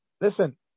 listen